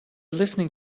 listening